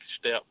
step